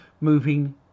moving